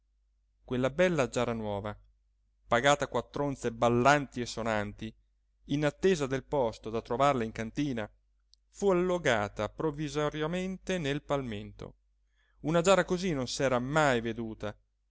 quella bella giara nuova pagata quattr'onze ballanti e sonanti in attesa del posto da trovarle in cantina fu allogata provvisoriamente nel palmento una giara così non s'era mai veduta